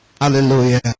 hallelujah